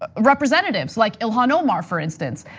ah representatives, like ilhan omar, for instance.